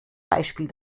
beispiel